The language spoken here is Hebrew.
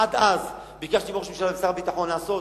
עד אז ביקשתי מראש הממשלה ומשר הביטחון לעשות